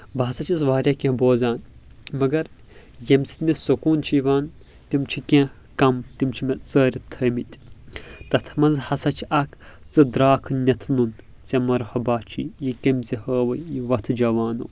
بہٕ ہسا چھس واریاہ کینٛہہ بوزان مگر ییٚمہِ سۭتۍ مےٚ سکون چھُ یِوان تِم چھِ کینٛہہ کم تِم چھِ مےٚ ژٲرِتھ تھٲمٕتۍ تتھ منٛز ہسا چھِ اکھ ژٕ درٛاکھ نیٚتھ نوٚن ژےٚ مرحبا چھُے یہِ کٔمۍ ہٲوے یہِ اوتھ جوانو